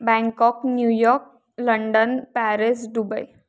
Bangkok New York London Paris Dubai